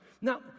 Now